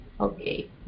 Okay